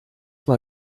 mal